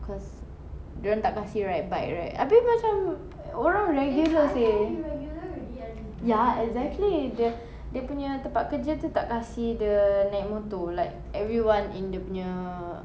cause dorang tak kasi ride bike right abeh macam orang regular seh ya exactly the dia punya tempat kerja tu tak kasi the naik motor like everyone in dia punya